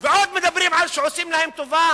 ועוד מדברים על כך שעושים להם טובה?